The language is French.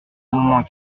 moment